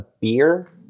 beer